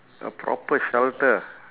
a proper shelter